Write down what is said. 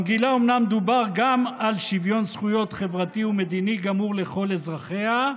במגילה אומנם דובר גם על שוויון זכויות חברתי ומדיני גמור לכל אזרחיה,